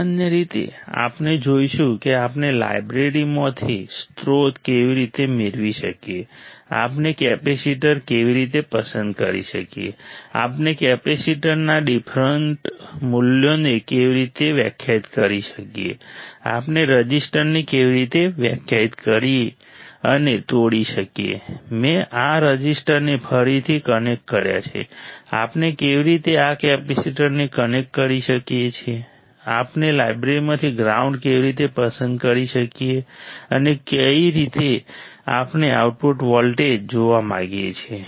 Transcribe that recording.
સામાન્ય રીતે આપણે જોઈશું કે આપણે લાઇબ્રેરીમાંથી સ્ત્રોત કેવી રીતે મેળવી શકીએ આપણે કેપેસિટર કેવી રીતે પસંદ કરી શકીએ આપણે કેપેસિટરના ડિફરન્ટ મૂલ્યોને કેવી રીતે વ્યાખ્યાયિત કરી શકીએ આપણે રઝિસ્ટર્સને કેવી રીતે વ્યાખ્યાયિત અને તોડી શકીએ મેં આ રઝિસ્ટર્સને ફરીથી કનેક્ટ કર્યા છે આપણે કેવી રીતે આ કેપેસિટરને કનેક્ટ કરી શકીએ છીએ આપણે લાઈબ્રેરીમાંથી ગ્રાઉન્ડ કેવી રીતે પસંદ કરી શકીએ છીએ અને કઈ રીતે આપણે આઉટપુટ વોલ્ટેજ જોવા માંગીએ છીએ